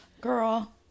Girl